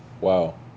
Wow